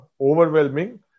overwhelming